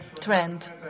trend